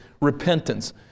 repentance